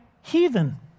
heathen